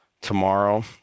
tomorrow